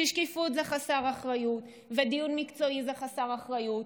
כי שקיפות זה חסר אחריות ודיון מקצועי זה חסר אחריות,